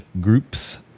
groups